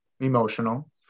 emotional